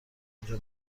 آنجا